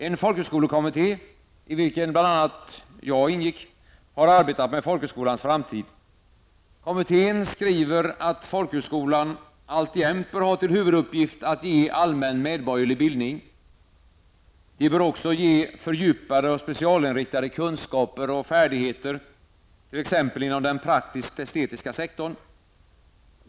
En folkhögskolekommitté -- i vilken bl.a. jag ingick -- har arbetat med folkhögskolans framtid. Kommittén skriver, att folkhögskolorna alltjämt bör ha till huvuduppgift att ge allmän medborgerlig bildning. De bör också ge fördjupade och specialinriktade kunskaper och färdigheter, t.ex. inom den praktiskt-estetiska sektorn.